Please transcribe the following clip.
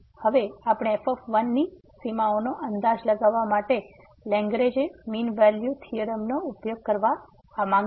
હવે આપણે f ની સીમાઓનો અંદાજ લગાવવા માટે લેંગ્રેજે મીન વેલ્યુ થીયોરમનો ઉપયોગ કરવા માંગીએ છીએ